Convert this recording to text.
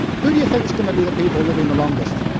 who do you think is going to be the people living the longest?